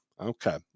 Okay